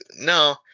no